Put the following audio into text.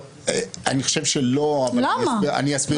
אני חושב שלא, אבל אני אסביר למה.